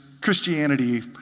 Christianity